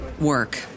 work